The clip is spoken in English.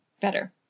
better